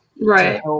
right